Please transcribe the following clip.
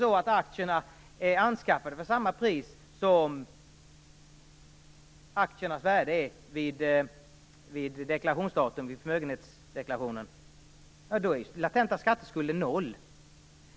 Om aktierna är anskaffade till ett pris som motsvarar värdet av aktierna vid datumet för förmögenhetsdeklarationen, är den latenta skatteskulden 0 %.